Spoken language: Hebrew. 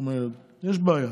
יש בעיה.